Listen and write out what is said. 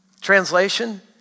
Translation